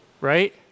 Right